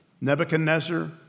Nebuchadnezzar